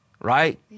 right